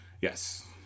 Yes